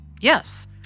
Yes